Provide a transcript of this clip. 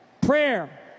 prayer